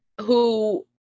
who-